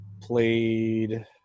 played